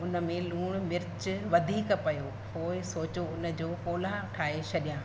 हुन में लूणु मिर्चु वधीक पियो पोइ सोचियो हुन जो पुलाउ ठाहे छॾियां